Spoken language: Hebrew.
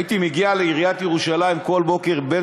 הייתי מגיע לעיריית ירושלים כל בוקר בין